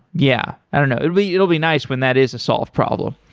yeah. i don't know. it will yeah it will be nice when that is a solved problem.